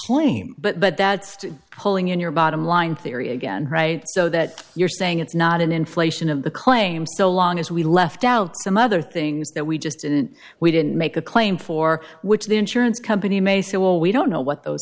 claim but that's pulling in your bottom line theory again right so that you're saying it's not an inflation of the claim so long as we left out some other things that we just didn't we didn't make a claim for which the insurance company may say well we don't know what those